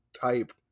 type